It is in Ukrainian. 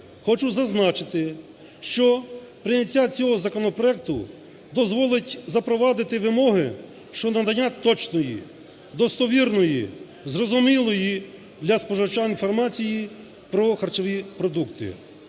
Хочу зазначити, що прийняття цього законопроекту дозволить запровадити вимоги щодо надання точної, достовірної, зрозумілої для споживача інформації про харчові продукти.